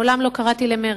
מעולם לא קראתי למרד,